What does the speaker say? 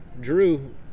Drew